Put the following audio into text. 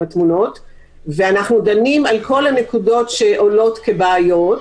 ואנחנו דנים על כל הנקודות שעולות כבעיות,